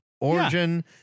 origin